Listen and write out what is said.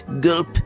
Gulp